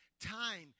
time